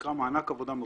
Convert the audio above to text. נקרא מענק עבודה מרוחקת.